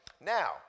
Now